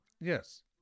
Yes